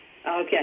Okay